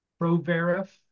ProVerif